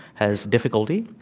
has difficulty.